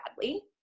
badly